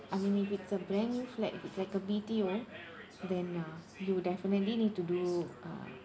I mean it's a brand new flat it's like a B_T_O then uh you definitely need to do uh